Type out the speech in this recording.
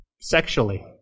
sexually